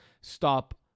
stop